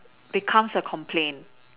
becomes a complaint